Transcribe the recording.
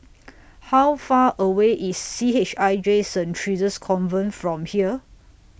How Far away IS C H I J Saint Theresa's Convent from here